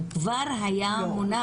הוא כבר היה מונח.